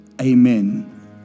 Amen